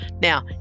Now